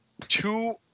Two